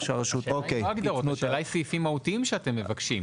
לא הגדרות; השאלה היא לגבי סעיפים מהותיים שאתם מבקשים.